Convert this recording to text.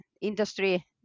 industry